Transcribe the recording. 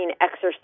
exercise